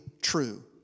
true